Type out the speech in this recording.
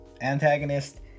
antagonist